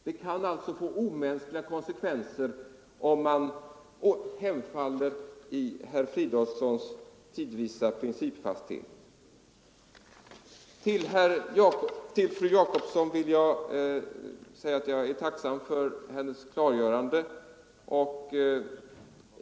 Det kan alltså få orimliga konsekvenser om man hemfaller åt herr Fridolfssons tidvisa principfasthet. Till fru Jacobsson vill jag säga att jag är tacksam för hennes klargörande.